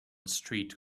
street